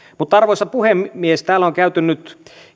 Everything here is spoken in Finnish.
arvoisa puhemies täällä on käyty nyt